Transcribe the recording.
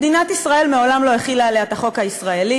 מדינת ישראל מעולם לא החילה עליה את החוק הישראלי,